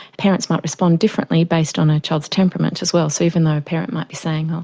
parents might respond differently based on a child's temperament as well, so even though a parent might be saying,